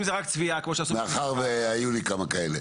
אם זה רק צביעה במו שעשו --- מאחר והיו לי כמה כאלה.